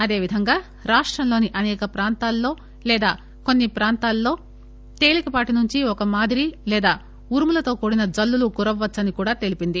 అదేవిధంగా రాష్టంలోని అసేక ప్రాంతాల్లో లేదా కొన్సి ప్రాంతాల్లో తేలికపాటి నుంచి ఒక మాదిరి లేదా ఉరుములతో కూడిన జల్లులు కురవవచ్చని కూడా తెలియజేసింది